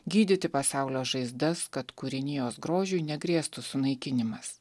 gydyti pasaulio žaizdas kad kūrinijos grožiui negrėstų sunaikinimas